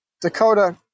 Dakota